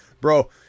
Bro